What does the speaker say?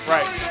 Right